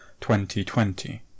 2020